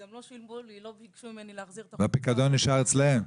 לא ביקשו ממני להחזיר והפיקדון נשאר אצלם.